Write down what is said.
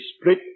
split